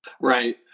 Right